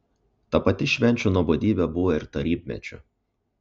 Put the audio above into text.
ta pati švenčių nuobodybė buvo ir tarybmečiu